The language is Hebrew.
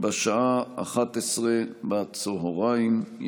בשעה 11:00.